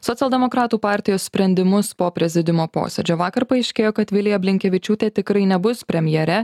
socialdemokratų partijos sprendimus po prezidiumo posėdžio vakar paaiškėjo kad vilija blinkevičiūtė tikrai nebus premjere